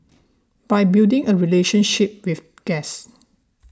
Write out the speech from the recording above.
by building a relationship with guests